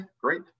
great